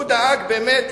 דאג שלא תצא.